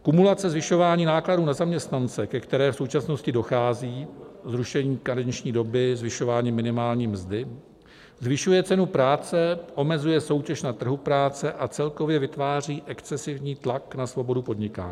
Kumulace zvyšování nákladů na zaměstnance, ke které v současnosti dochází zrušení karenční doby, zvyšování minimální mzdy zvyšuje cenu práce, omezuje soutěž na trhu práce a celkově vytváří excesivní tlak na svobodu podnikání.